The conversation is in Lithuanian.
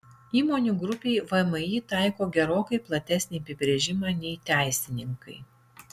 įmonių grupei vmi taiko gerokai platesnį apibrėžimą nei teisininkai